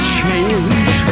change